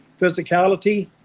physicality